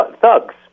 thugs